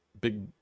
big